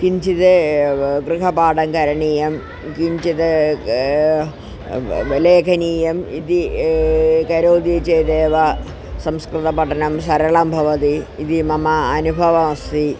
किञ्चिद् गृहपाठं करणीयं किञ्चित् लेखनीयम् इति करोति चेदेव संस्कृतपठनं सरलं भवति इति मम अनुभवमस्ति